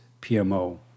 PMO